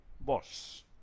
boss